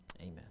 amen